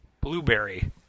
Blueberry